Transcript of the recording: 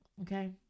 okay